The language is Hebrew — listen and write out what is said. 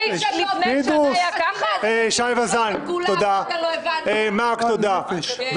--- שי וזאן תודה, אוסנת מארק תודה.